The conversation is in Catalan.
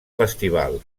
festival